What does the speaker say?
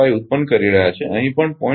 005 ઉત્પન્ન કરી રહ્યા છે અહીં પણ 0